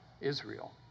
Israel